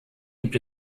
gibt